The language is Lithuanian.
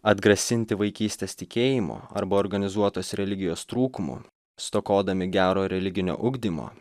atgrasinti vaikystės tikėjimo arba organizuotos religijos trūkumų stokodami gero religinio ugdymo